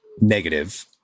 negative